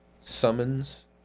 summons